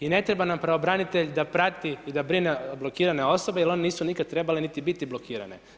I ne treba nam pravobranitelj da prati i da brine blokirane osobe, jer oni nisu nikada trebale niti biti blokirane.